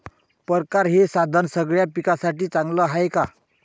परकारं हे साधन सगळ्या पिकासाठी चांगलं हाये का?